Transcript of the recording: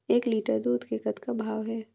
एक लिटर दूध के कतका भाव हे?